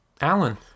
Alan